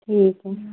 ठीक है